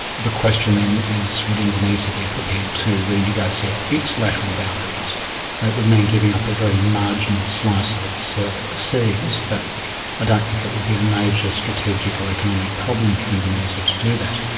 the question then is would indonesia be prepared to renegotiate its lateral boundaries? it would mean giving up a very marginal slice of its ah seas, but i don't think it would be a major strategic or economic problem for indonesia to do that.